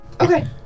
Okay